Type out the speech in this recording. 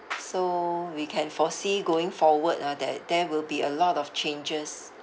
so we can foresee going forward ah that there will be a lot of changes